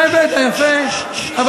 מי הביא את זה, אתה או